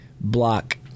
block